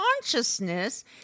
consciousness